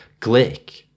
Glick